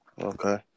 Okay